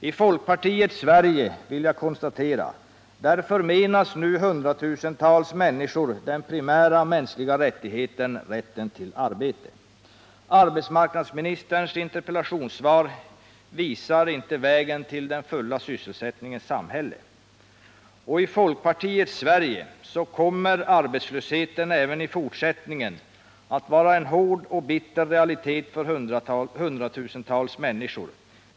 I folkpartiets Sverige förmenas nu hundratusentals människor den primära mänskliga rättigheten, dvs. rätten till ett arbete. Arbetsraarknadsministerns interpellationssvar visade inte vägen till den fulla sysselsättningens samhälle. I folkpartiets Sverige kommer arbetslösheten även i fortsättningen att vara en hård och bitter realitet för hundratusentals människor.